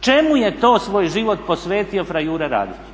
čemu je to svoj život posvetio fra Jure Radić.